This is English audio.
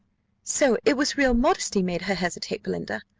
so it was real modesty made her hesitate, belinda?